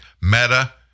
Meta